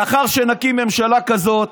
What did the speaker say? לאחר שנקים ממשלה כזאת,